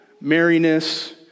merriness